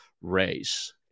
race